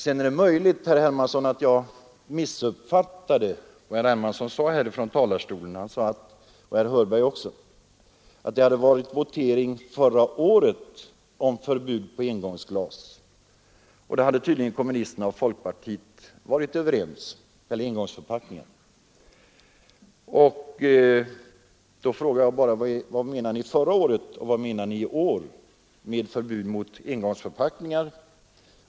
Det är möjligt att jag missuppfattade vad herr Hermansson — och även herr Hörberg — sade om att det hade varit en votering förra året om förbud mot engångsglas. Då hade tydligen kommunisterna och folkpartisterna varit överens vad beträffar engångsförpackningar. Därför ville jag fråga vad ni menade förra året och vad ni menar i år med förbud mot engångsförpackningar.